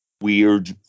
weird